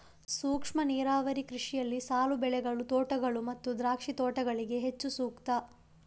ಸೂಕ್ಷ್ಮ ನೀರಾವರಿ ಕೃಷಿಯಲ್ಲಿ ಸಾಲು ಬೆಳೆಗಳು, ತೋಟಗಳು ಮತ್ತು ದ್ರಾಕ್ಷಿ ತೋಟಗಳಿಗೆ ಹೆಚ್ಚು ಸೂಕ್ತ